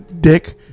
Dick